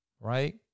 right